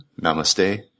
namaste